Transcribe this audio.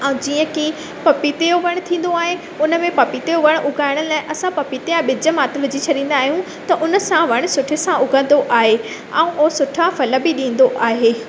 ऐं जीअं की पपीते जो वणु थींदो आहे उन में पपीते जो वणु उगाइण लाइ असां पपीते जा ॿिज मात्र विझी छॾींदा आहियूं त उन सां वणु सुठे सां उगंदो आहे ऐं उहो सुठा फल बि ॾींदो आहे